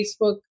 Facebook